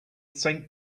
sank